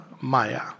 maya